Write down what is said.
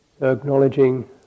Acknowledging